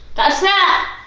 that's that.